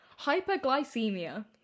hyperglycemia